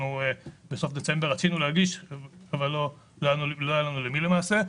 בסוף דצמבר רצינו להגיש אבל לא היה לנו למי למעשה.